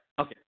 Okay